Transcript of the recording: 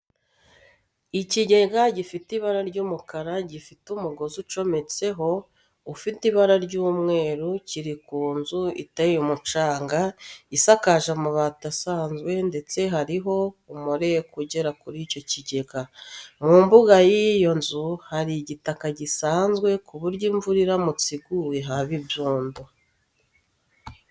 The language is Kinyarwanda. Ikigega gifite ibara ry'umukara gifite umugozi ucometseho ufite ibara ry'umweru, kiri ku nzu iteye umucanga, isakaje amabati asanzwe ndetse hariho umureko ugera kuri icyo kigega. Mu mbuga y'iyo nzu hari igitaka gisanzwe ku buryo imvura iramutse iguye haba ibyondo.